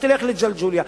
תלך לג'לג'וליה,